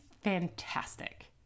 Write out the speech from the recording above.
fantastic